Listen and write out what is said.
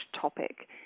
topic